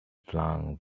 flung